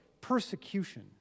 persecution